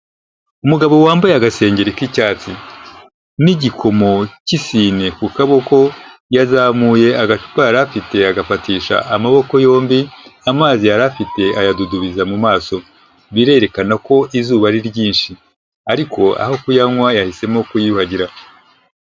Umugabo wambaye agasengeri k'icyatsi n'igikomo cy'isine ku kaboko, yazamuye agacupa yari afite agafatisha amaboko yombi amazi yari afite ayadudubiza mu maso, birerekana ko izuba ari ryinshi ariko aho kuyanywa yahisemo kuyiyuhagira.